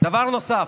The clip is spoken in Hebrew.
דבר נוסף,